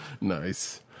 Nice